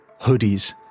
hoodies